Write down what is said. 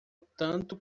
tanto